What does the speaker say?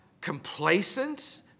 complacent